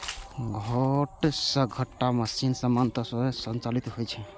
छोट घसकट्टा मशीन सामान्यतः स्वयं संचालित होइ छै